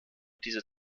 diese